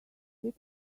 that